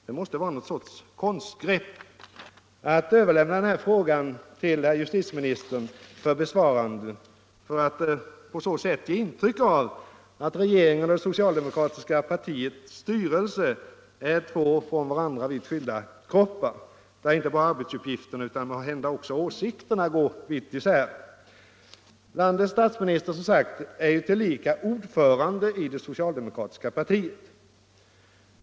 Det måste vara någon sorts konstgrepp att överlämna den till justitieministern för besvarande för att på så sätt ge intryck av att regeringen och det socialdemokratiska partiets styrelse är två från varandra vitt skilda grupper, där inte bara arbetsuppgifterna utan måhända också åsikterna går vitt isär. Landets statsminister är som sagt tillika ordförande i det socialdemokratiska partiet.